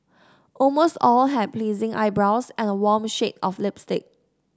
almost all had pleasing eyebrows and a warm shade of lipstick